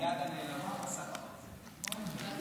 היד הנעלמה, מסך הברזל.